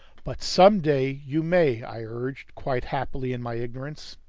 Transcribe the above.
but some day you may, i urged, quite happily in my ignorance.